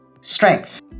Strength